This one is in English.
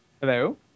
Hello